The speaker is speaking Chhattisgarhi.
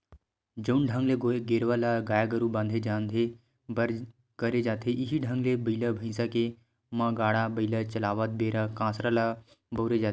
जउन ढंग ले गेरवा ल गाय गरु बांधे झांदे बर करे जाथे इहीं ढंग ले बइला भइसा के म गाड़ा बइला चलावत बेरा कांसरा ल बउरे जाथे